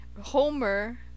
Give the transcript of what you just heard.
Homer